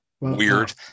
Weird